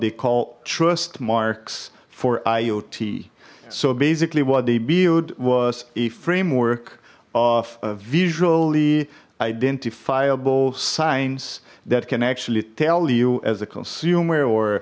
they call trust marks for iot so basically what they build was a framework of visually identifiable signs that can actually tell you as a consumer or